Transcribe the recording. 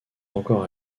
encore